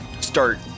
start